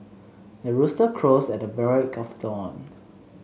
the rooster crows at the break of dawn